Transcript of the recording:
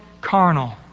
carnal